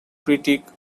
critique